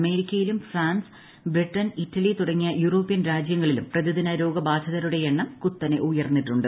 അമേരിക്കയിലും France Britain Italy തുടങ്ങിയ European രാജൃങ്ങളിലും പ്രതിദിന രോഗബാധിതരുടെ എണ്ണം കുത്തനെ ഉയർന്നിട്ടുണ്ട്